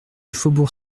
faubourg